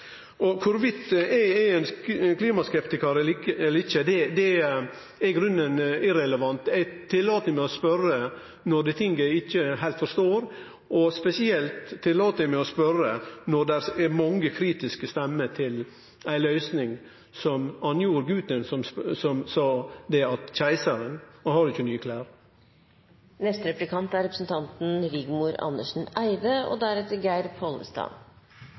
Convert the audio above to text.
kunnskapsnivået. Kor vidt eg er ein klimaskeptikar eller ikkje, det er i grunnen irrelevant. Eg tillèt meg å spørje når det er ting eg ikkje heilt forstår, og spesielt tillèt eg meg å spørje når det er mange kritiske stemmer til ei løysing – det var som han gjorde guten, som sa at keisaren har ikkje nye klede. I samarbeidsavtalen står det at partiene skal bygge sin politikk på forvalteransvaret og